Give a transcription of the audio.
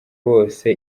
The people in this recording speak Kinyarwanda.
bose